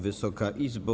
Wysoka Izbo!